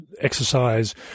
exercise